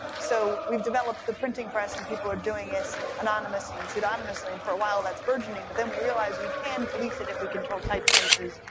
so we've developed the printing press and people are doing this anonymously and pseudonymously and for a while that's burgeoning, but then we realize we can police it if we control typefaces.